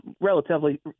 relatively